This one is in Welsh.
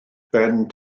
ben